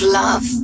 love